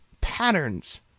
patterns